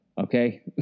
okay